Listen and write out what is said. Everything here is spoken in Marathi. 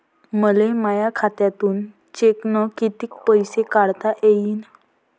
मले माया खात्यातून चेकनं कितीक पैसे काढता येईन?